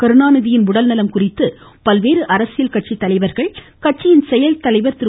கருணாநிதியின் உடல்நலம் குறித்து பல்வேறு அரசியல் தலைவர்கள் கட்சியின் செயல்தலைவர் திரு